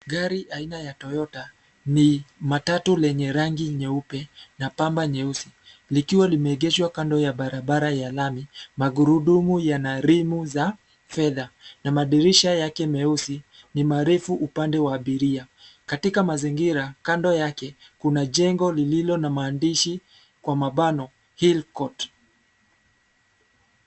Gari aina ya toyota ni matatu yenye rangi nyeupe na pamba nyeusi likiwa limeegeshwa kando ya barabara ya lami. Magurudumu yana rimu za fedha na madirisha yake meusi ni marefu upande wa abiria. Katika mazingira kando yake, kuna jengo lililo na maandishi kwa mabano hill court .